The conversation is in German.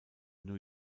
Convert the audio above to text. new